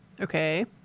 Okay